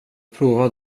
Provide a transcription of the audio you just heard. prova